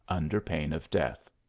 under pain of death.